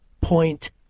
point